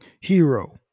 hero